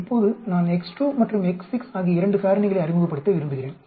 இப்போது நான் x2 மற்றும் x6 ஆகிய 2 காரணிகளை அறிமுகப்படுத்த விரும்புகிறேன்